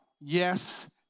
Yes